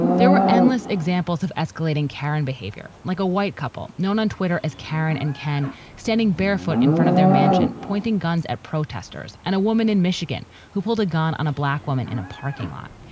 there were endless examples of escalating karren behavior, like a white couple known on twitter as karen and ken standing barefoot in front of their mansion, pointing guns at protesters and a woman in michigan who pulled a gun on a black woman in a parking lot.